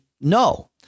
no